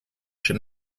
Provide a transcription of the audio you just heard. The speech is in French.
chez